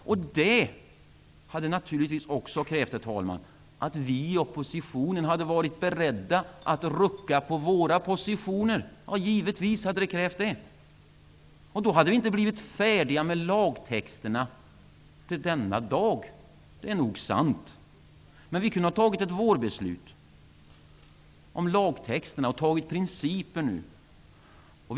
Men det skulle naturligtvis också ha krävt, herr talman, att vi i oppositionen var beredda att rucka på våra positioner. Då hade vi inte varit färdiga med lagtexterna denna dag. Det är nog sant. Men vi hade ju kunnat fatta ett beslut till våren om lagtexterna och bara beslutat om principerna nu.